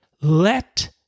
Let